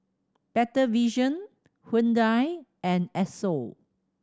Better Vision Hyundai and Esso